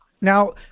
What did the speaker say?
Now